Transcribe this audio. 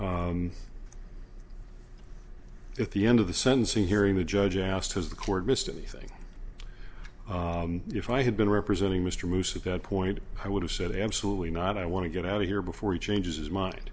term at the end of the sentencing hearing the judge asked has the court missed anything if i had been representing mr moose a good point i would have said absolutely not i want to get out of here before he changes his mind